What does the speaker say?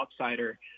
outsider